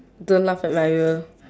don't laugh at my wheel